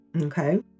Okay